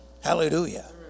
Hallelujah